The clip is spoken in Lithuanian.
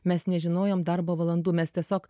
mes nežinojom darbo valandų mes tiesiog